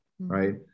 right